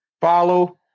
follow